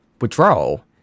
Withdrawal